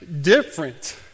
different